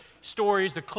stories